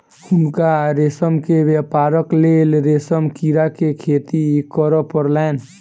हुनका रेशम के व्यापारक लेल रेशम कीड़ा के खेती करअ पड़लैन